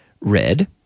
red